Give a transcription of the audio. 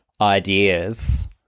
ideas